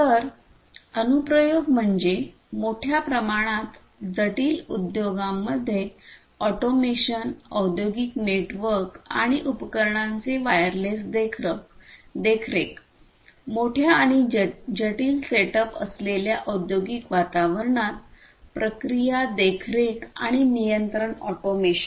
तर अनुप्रयोग म्हणजे मोठ्या प्रमाणात जटिल उद्योगांमध्ये ऑटोमेशन औद्योगिक नेटवर्क आणि उपकरणांचे वायरलेस देखरेख मोठ्या आणि जटिल सेटअप असलेल्या औद्योगिक वातावरणात प्रक्रिया देखरेख आणि नियंत्रण ऑटोमेशन